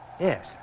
Yes